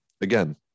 again